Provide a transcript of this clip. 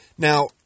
Now